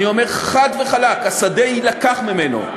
אני אומר חד וחלק: השדה יילקח ממנו.